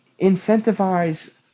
incentivize